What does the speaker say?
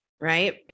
right